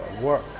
work